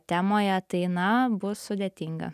temoje tai na bus sudėtinga